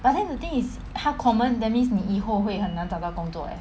but then the thing is 他 common that means 你以后会很难找到工作 leh